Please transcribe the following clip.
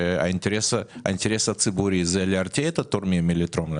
שהאינטרס הציבורי זה להרתיע את התורמים מלתרום להן.